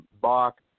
Bach